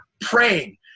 praying